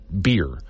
beer